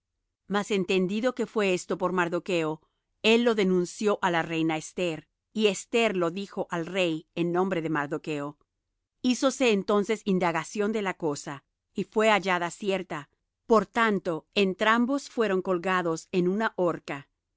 mas entendido que fué esto por mardocho él lo denunció á la reina esther y esther lo dijo al rey en nombre de mardocho hízose entonces indagación de la cosa y fué hallada cierta por tanto entrambos fueron colgados en una horca